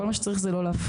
כל מה שצריך זה לא להפריע.